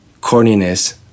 corniness